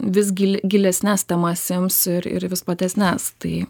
vis gili gilesnes temas ims ir ir vis platesnes tai